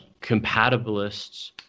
compatibilists